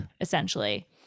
essentially